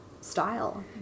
style